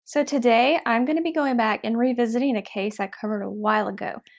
so today i'm gonna be going back and revisiting a case i covered awhile ago,